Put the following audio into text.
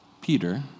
Peter